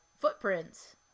footprints